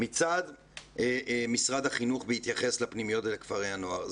מצד משרד החינוך בהתייחס לפנימיות ולכפרי הנוער.